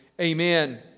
amen